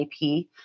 IP